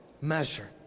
measure